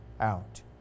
out